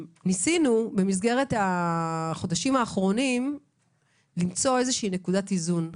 במסגרת החודשים האחרונים ניסינו למצוא איזושהי נקודת איזון.